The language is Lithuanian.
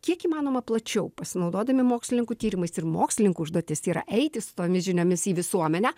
kiek įmanoma plačiau pasinaudodami mokslininkų tyrimais ir mokslininkų užduotis yra eiti su tomis žiniomis į visuomenę